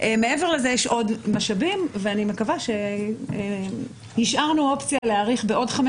מעבר לזה יש עוד משאבים והשארנו אופציה להאריך בעוד חמש